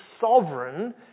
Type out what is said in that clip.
sovereign